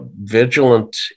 vigilant